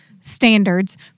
standards